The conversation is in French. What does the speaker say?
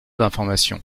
d’information